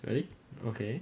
really okay